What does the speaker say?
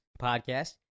podcast